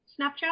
Snapchat